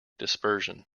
dispersion